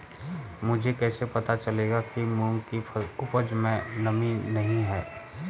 मुझे कैसे पता चलेगा कि मूंग की उपज में नमी नहीं है?